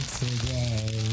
today